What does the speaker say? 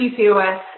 PCOS